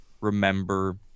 remember